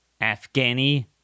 Afghani